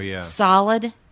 solid